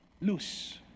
loose